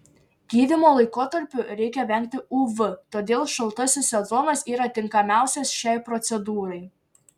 gydymo laikotarpiu reikia vengti uv todėl šaltasis sezonas yra tinkamiausias šiai procedūrai